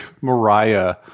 Mariah